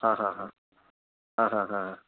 ஹாஹாஹா ஹாஹாஹா